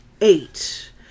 eight